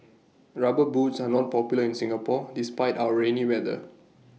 rubber boots are not popular in Singapore despite our rainy weather